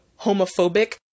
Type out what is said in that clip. homophobic